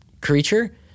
creature